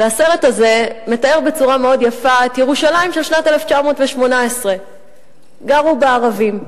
והסרט הזה מתאר בצורה מאוד יפה את ירושלים של שנת 1918. גרו בה ערבים,